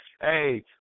Hey